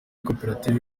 koperative